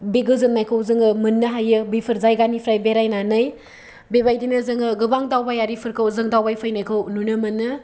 बे गोजोननायखौ जोङो मोननो हायो बेफोर जायगानिफ्राय बेरायनानै बेबायदिनो जोङो गोबां दावबायारिफोरखौ जोङो दावबायफैनायखौ नुनो मोनो